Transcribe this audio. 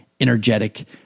energetic